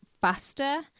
faster